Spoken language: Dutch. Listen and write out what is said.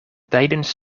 tijdens